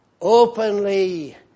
openly